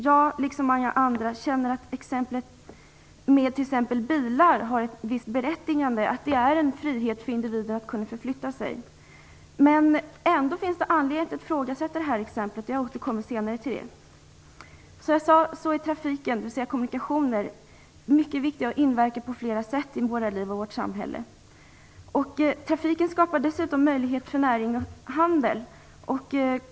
Jag, liksom många andra, känner att bilexemplet har ett visst berättigande. Det är en frihet för individen att kunna förflytta sig. Ändå finns det anledning att ifrågasätta bilexemplet. Jag återkommer senare till det. Trafiken, kommunikationerna, är som sagt mycket viktiga och inverkar på flera sätt i våra liv och i vårt samhälle. Trafiken skapar möjligheter för näring och handel.